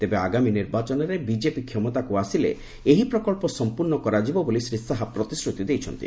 ତେବେ ଆଗାମୀ ନିର୍ବାଚନରେ ବିଜେପି କ୍ଷମତାକୁ ଆସିଲେ ଏହି ପ୍ରକନ୍ଧ ସମ୍ପର୍ଷ୍ଣ କରାଯିବ ବୋଲି ଶ୍ରୀ ଶାହା ପ୍ରତିଶ୍ରୁତି ଦେଇଛନ୍ତି